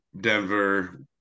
Denver